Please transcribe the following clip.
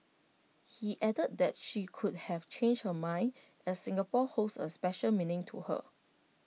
he added that she could have changed her mind as Singapore holds A special meaning to her